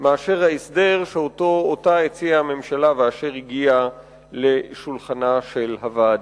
מאשר ההסדר שהציעה הממשלה ושהגיע לשולחנה של הוועדה.